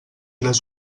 les